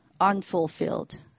unfulfilled